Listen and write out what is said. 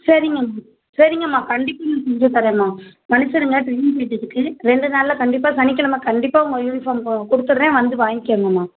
சரிங்கம்மா சரிங்கம்மா கண்டிப்பாக நான் செஞ்சு தரேன்ம்மா மன்னிச்சிடுங்க ரெண்டு நாளில் கண்டிப்பாக சனிக்கிலம கண்டிப்பாக உங்கள் யூனிஃபார்ம் கொடுத்துர்றேன் வந்து வாங்கிக்கோங்கம்மா